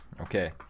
Okay